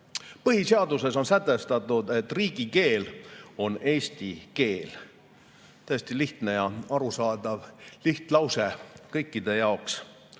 Põhiseaduses on sätestatud, et riigikeel on eesti keel. Täiesti lihtne ja arusaadav lihtlause kõikide jaoks.